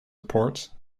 report